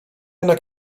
jednak